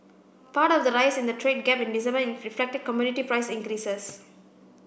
part of the rise in the trade gap in December reflected commodity price increases